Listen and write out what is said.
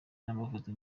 n’amafoto